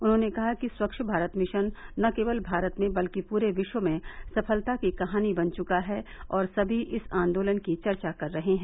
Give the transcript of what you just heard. उन्होंने कहा कि स्वच्छ भारत मिशन न केवल भारत में बल्कि पूरे विश्व में सफलता की कहानी बन चुका है और सभी इस आंदोलन की चर्चा कर रहे हैं